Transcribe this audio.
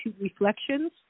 Reflections